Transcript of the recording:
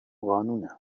قانونه